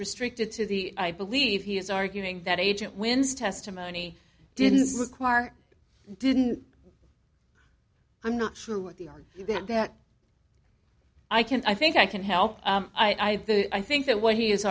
restricted to the i believe he is arguing that agent wins testimony didn't require didn't i'm not sure what the are you that that i can i think i can help i i think that what he is